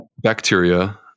bacteria